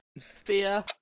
Fear